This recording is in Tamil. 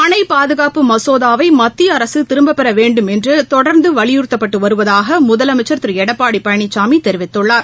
அணைபாகாப்பு மசோதாவைமத்திய அரசுதிரும்பப்பெறவேண்டுமென்றுதொடர்ந்துவலியுறுத்தப்பட்டுவருவதாகமுதல மைச்சர் திருளடப்பாடிபழனிசாமிதெரிவித்துள்ளார்